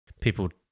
people